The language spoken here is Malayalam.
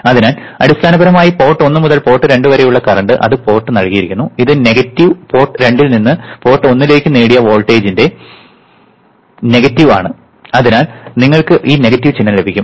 അതിനാൽ അടിസ്ഥാനപരമായി പോർട്ട് ഒന്ന് മുതൽ പോർട്ട് രണ്ട് വരെയുള്ള കറണ്ട് അത് പോർട്ട് നൽകിയിരിക്കുന്നു ഇത് പോർട്ട് രണ്ടിൽ നിന്ന് പോർട്ട് ഒന്നിലേക്ക് നേടിയ വോൾട്ടേജിന്റെ നെഗറ്റീവ് ആണ് അതിനാൽ നിങ്ങൾക്ക് ഈ നെഗറ്റീവ് ചിഹ്നം ലഭിക്കും